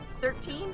Thirteen